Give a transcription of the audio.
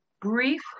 brief